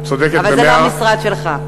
אבל זה לא המשרד שלך.